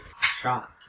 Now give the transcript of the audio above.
shot